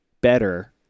better